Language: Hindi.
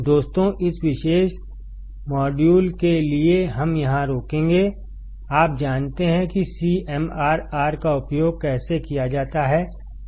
दोस्तों तो इस विशेष मॉड्यूल के लिएहम यहाँ रोकेंगे आप जानते हैं कि CMRR का उपयोग कैसे किया जाता है